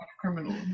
criminal